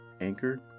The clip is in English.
anchor